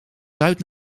zuid